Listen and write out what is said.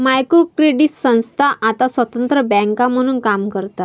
micro credit संस्था आता स्वतंत्र बँका म्हणून काम करतात